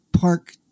Park